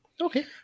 Okay